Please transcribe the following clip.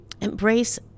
embrace